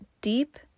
deep